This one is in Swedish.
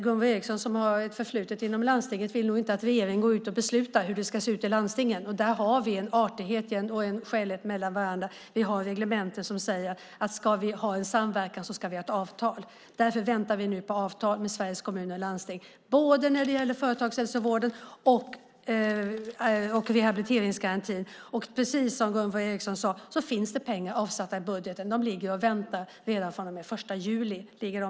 Gunvor G Ericson, som har ett förflutet inom landstinget, vill nog inte att regeringen beslutar om hur det ska se ut i landstingen. Där har vi en artighet mot varandra och reglementen som säger att ska vi ha en samverkan ska vi ha ett avtal. Därför väntar vi nu på ett avtal med Sveriges Kommuner och Landsting när det gäller både företagshälsovården och rehabiliteringsgarantin. Precis som Gunvor G Ericson sade finns det pengar avsatta i budgeten. De ligger och väntar redan från och med den 1 juli.